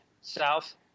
South